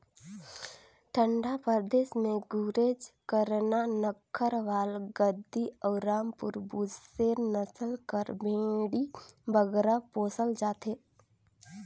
ठंडा परदेस में गुरेज, करना, नक्खरवाल, गद्दी अउ रामपुर बुसेर नसल कर भेंड़ी बगरा पोसल जाथे